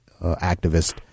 activist